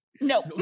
no